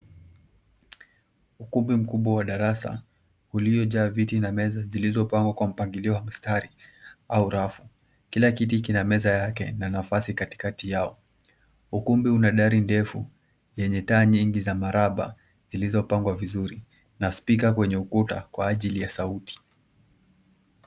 Ukumbi mkubwa wa darasa uliojaa viti na meza zilizopangwa kwa mpangilio wa mistari au rafu. Kila kiti kina meza yake na nafasi katikati yao. Ukumbi una dari ndefu yenye taa nyingi za maraba zilizopangwa vizuri na spika kwenye ukuta kwa ajili ya sauti